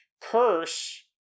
curse